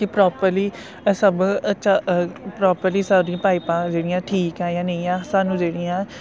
कि प्रापर्ली अस प्रापर्ली स्हाड़ियां पाइपां जेह्ड़ियां ठीक ऐ जां नेईं ऐ स्हानू जेह्ड़ियां